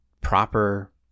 proper